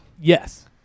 Yes